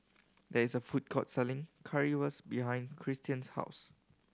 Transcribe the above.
there is a food court selling Currywurst behind Cristian's house